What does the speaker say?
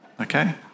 okay